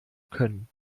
können